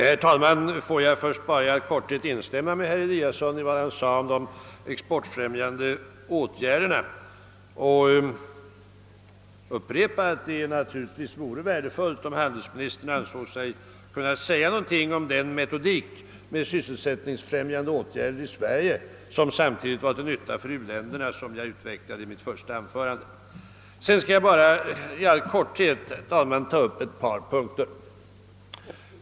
Herr talman! Låt mig först bara i korthet instämma i vad herr Eliasson i Sundborn sade om de exportfrämjande åtgärderna samt upprepa vad jag framhöll i mitt första anförande, att det naturligtvis vore värdefullt, om handelsministern ansåg sig kunna säga något om en :metodik med sysselsättningsfrämjande åtgärder i Sverige som samtidigt vore till nytta för u-länderna. Jag skall sedan i all korthet ta upp ett par punkter.